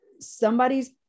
Somebody's